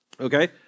okay